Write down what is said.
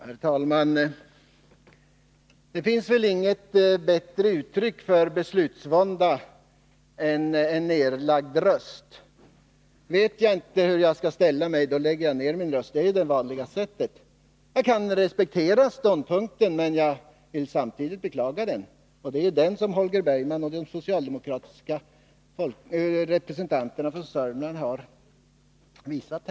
Herr talman! Det finns väl inget bättre uttryck för beslutsvånda än en nedlagd röst! Vet jag inte hur jag skall ställa mig lägger jag ned min röst — det är ju det vanliga förhållningssättet. Jag kan respektera ståndpunkten, men jag vill samtidigt beklaga den. Och det är den som Holger Bergman och de socialdemokratiska representanterna från Sörmland deklarerat.